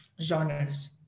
genres